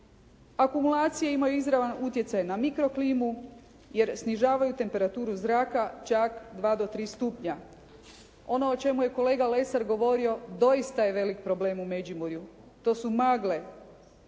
akumulacije imaju izravan utjecaj na mikro klimu, jer snižavaju temperaturu zraka čak dva do tri stupnja. Ono o čemu je kolega Lesar govorio doista je velik problem u Međimurju. To su magle.